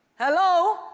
hello